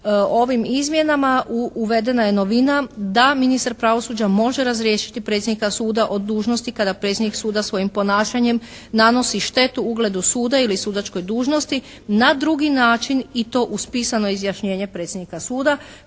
Ovim izmjenama uvedena je novina da ministar pravosuđa može razriješiti predsjednika suda od dužnosti kada predsjednik suda svojim ponašanjem nanosi štetu ugledu suda ili sudačkoj dužnosti na drugi način i to uz pisano izjašnjenje predsjednika suda